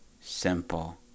simple